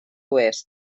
oest